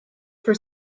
for